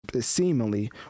seemingly